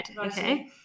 Okay